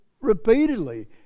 REPEATEDLY